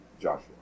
Joshua